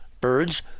birds